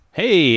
hey